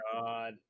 god